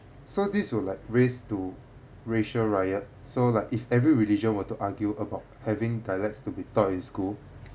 so this will like raise to racial riots so like if every religion were to argue about having dialects to be taught in school